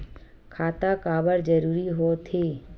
खाता काबर जरूरी हो थे?